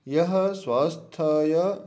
यः स्वास्थ्याय